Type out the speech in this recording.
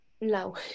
No